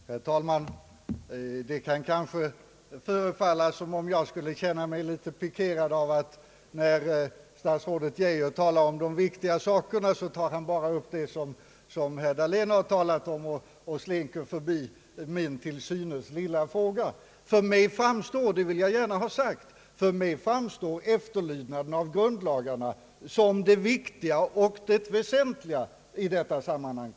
Herr talman! Det kan kanske förefalla som om jag skulle känna mig litet pikerad över att statsrådet Geijer, när han talar om de »viktiga» sakerna, bara tar upp det som herr Dahlén har berört och slinker förbi min till synes lilla fråga. För mig framstår — det vill jag gärna ha sagt — efterlevnaden av grundlagarna som det viktiga i detta sammanhang.